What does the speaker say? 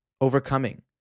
overcoming